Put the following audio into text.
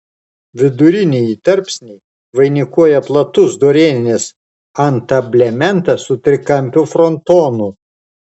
vidurinįjį tarpsnį vainikuoja platus dorėninis antablementas su trikampiu frontonu